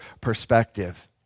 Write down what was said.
perspective